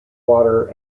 water